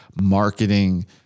marketing